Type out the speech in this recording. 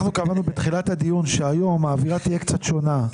אנחנו קבענו בתחילת הדיון שהיום האווירה תהיה קצת שונה,